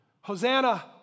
Hosanna